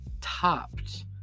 topped